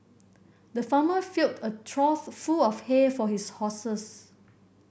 the farmer filled a trough full of hay for his horses